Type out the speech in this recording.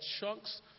chunks